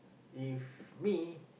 if me